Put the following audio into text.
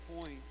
Point